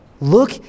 Look